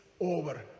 over